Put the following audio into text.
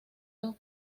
solo